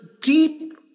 deep